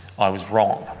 i was wrong.